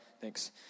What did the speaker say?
Thanks